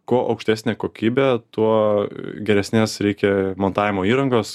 kuo aukštesnė kokybė tuo geresnės reikia montavimo įrangos